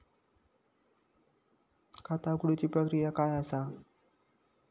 खाता उघडुची प्रक्रिया काय असा?